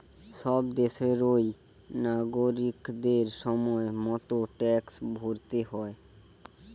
সব দেশেরই নাগরিকদের সময় মতো ট্যাক্স ভরতে হয়